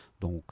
Donc